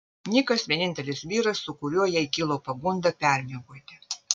nikas vienintelis vyras su kuriuo jai kilo pagunda permiegoti